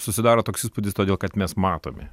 susidaro toks įspūdis todėl kad mes matomi